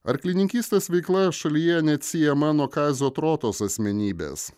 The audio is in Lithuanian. arklininkystės veikla šalyje neatsiejama nuo kazio trotos asmenybės